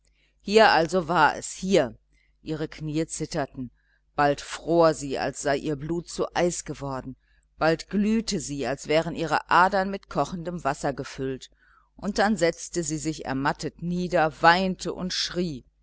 hier also war es hier ihre knie zitterten bald fror sie als sei ihr blut zu eis geworden bald glühte sie als wären ihre adern mit kochendem wasser gefüllt und dann setzte sie sich ermattet nieder weinte und schrie